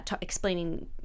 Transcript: explaining